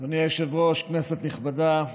אדוני היושב-ראש, כנסת נכבדה,